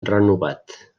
renovat